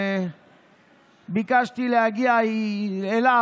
וביקשתי להגיע אליו,